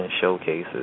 showcases